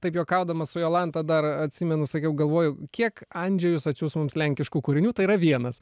taip juokaudamas su jolanta dar atsimenu sakiau galvoju kiek andžejus atsiųs mums lenkiškų kūrinių tai yra vienas